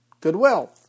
goodwill